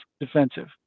defensive